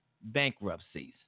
bankruptcies